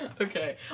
Okay